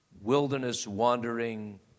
wilderness-wandering